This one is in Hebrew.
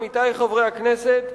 עמיתי חברי הכנסת,